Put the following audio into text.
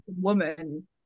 woman